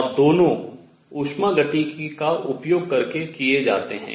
और दोनों उष्मागतिकी का उपयोग करके किए जाते हैं